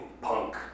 Punk